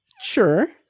sure